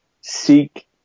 seek